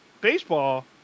baseball